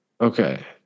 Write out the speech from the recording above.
okay